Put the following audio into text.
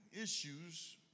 issues